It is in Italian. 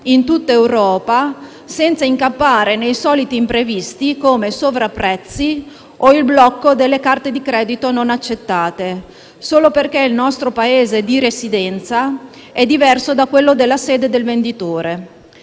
in tutta Europa senza incappare nei soliti imprevisti, come sovrapprezzi o blocco delle carte credito, non accettate solo perché il nostro Paese di residenza è diverso da quello della sede del venditore.